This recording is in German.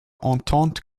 entente